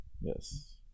Yes